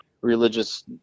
religious